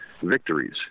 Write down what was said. victories